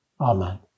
Amen